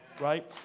Right